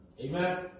Amen